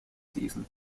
season